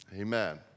Amen